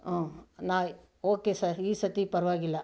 okay sir ಈ ಸರ್ತಿ ಪರವಾಗಿಲ್ಲ